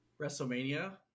WrestleMania